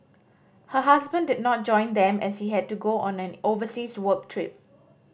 her husband did not join them as he had to go on an overseas work trip